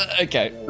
okay